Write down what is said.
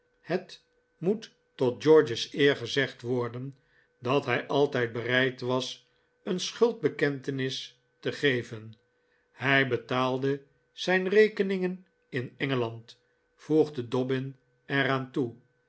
het moet tot george's eer gezegd worden dat hij altijd bereid was een schuldbekenteais te geven hij betaalde zijn rekeningen in engeland voegde dobbin er aan toe